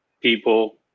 people